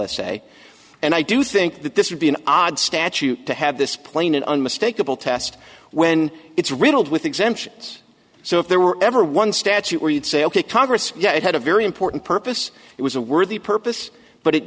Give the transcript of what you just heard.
a say and i do think that this would be an odd statute to have this plane an unmistakable test when it's riddled with exemptions so if there were ever one statute where you'd say ok congress yeah it had a very important purpose it was a worthy purpose but it